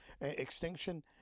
Extinction